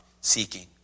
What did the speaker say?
seeking